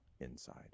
inside